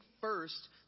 first